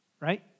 right